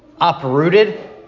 uprooted